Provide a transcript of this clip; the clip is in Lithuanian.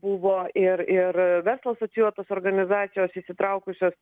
buvo ir ir verslo asocijuotos organizacijos įsitraukusios